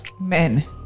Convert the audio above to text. Men